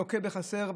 לוקים בחסר.